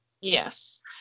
yes